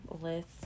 list